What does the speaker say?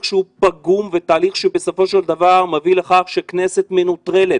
שהוא פגום ותהליך שבסופו של דבר מביא לכך שהכנסת מנוטרלת.